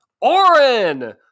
Oren